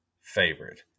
favorite